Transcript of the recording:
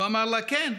הוא אמר לה: כן,